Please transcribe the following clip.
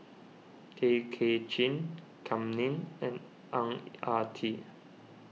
Tay Kay Chin Kam Ning and Ang Ah Tee